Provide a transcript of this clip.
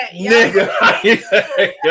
Nigga